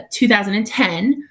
2010